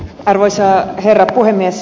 arvoisa herra puhemies